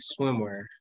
swimwear